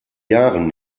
jahren